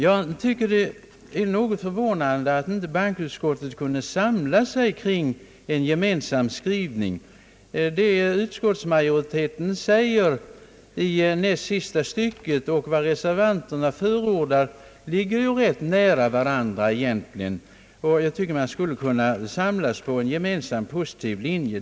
Jag finner det något förvånande att bankoutskottet inte har kunnat samla sig kring en gemensam skrivning. Vad utskottsmajoriteten säger i näst sista stycket av utlåtandet och vad reservanterna förordar är relativt samstämmigt, och man tycker att majoritet och reservanter kunnat samlas på en gemensam positiv linje.